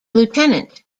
lieutenant